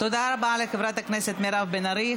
תודה רבה לחברת הכנסת מירב בן ארי.